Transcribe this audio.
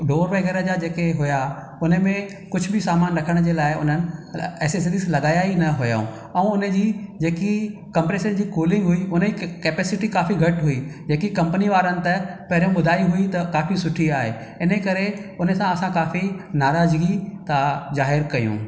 door वग़ैरह जेका हुआ हुन में कुझु बि॒ सामानु रखण जे लाइ हुननि एस्सेसरिस लगाया ई न हुयउं ऐं हुन जी जेकी कमप्रेशर जी कूलिंग हुई हुन जी कैपेसिटी काफ़ी घटि हुई जेकी कम्पनी वारनि त पहिरियों ॿुधाई हुई त काफ़ी सुठी आहे इन करे हुन सां असां काफ़ी नाराज़गी था ज़ाहिरु कयूं